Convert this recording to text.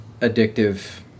addictive